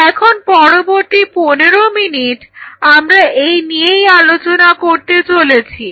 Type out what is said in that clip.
এখন পরবর্তী 15 মিনিট আমরা এই নিয়েই আলোচনা করতে চলেছি